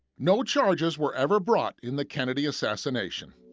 no charges were ever brought in the kennedy assassination.